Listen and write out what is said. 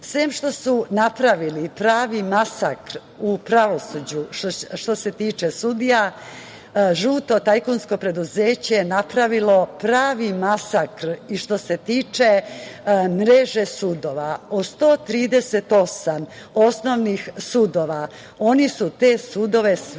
što su napravili pravi masakr u pravosuđu što se tiče sudija, žuto tajkunsko preduzeće napravilo je pravi masakr i što se tiče mreže sudova. Od 138 osnovnih sudova, oni su te sudove sveli